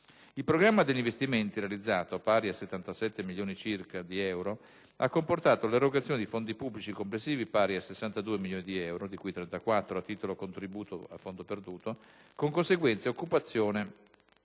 Il programma degli investimenti realizzato, pari a circa 77 milioni di euro, ha comportato l'erogazione di fondi pubblici complessivi pari a quasi 63 milioni di euro, (di cui circa 34,5 milioni a titolo di contributo a fondo perduto), con conseguente occupazione